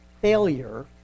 failure